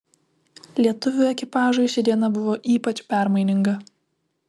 lietuvių ekipažui ši diena buvo ypač permaininga